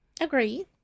Agreed